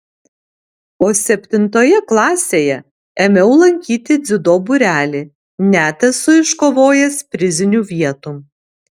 o septintoje klasėje ėmiau lankyti dziudo būrelį net esu iškovojęs prizinių vietų